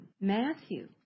Matthew